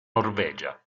norvegia